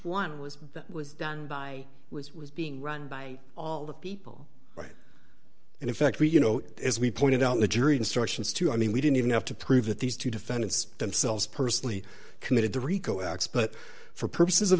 one was that was done by was being run by all the people right and in fact we you know as we pointed out the jury instructions to i mean we don't even have to prove that these two defendants themselves personally committed the rico act but for purposes of